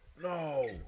No